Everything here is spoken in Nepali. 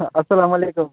असलामवालिकुम